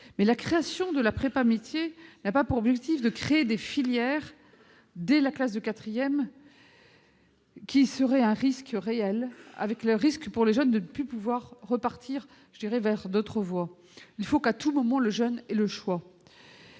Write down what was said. Mais la création de la prépa-métiers n'a pas pour objectif de créer des filières dès la classe de quatrième ; le risque, bien réel, serait, pour le jeune, de ne plus pouvoir repartir vers d'autres voies. Il faut qu'à tout moment le jeune ait le choix.